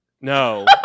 no